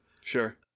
Sure